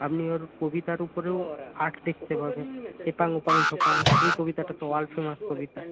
আপনি ওর কবিতার উপরেও আর্ট দেখতে পাবেন এপাং ওপাং ঝপাং এই কবিতাটা তো ওয়ার্ল্ড ফেমাস কবিতা